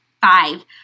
five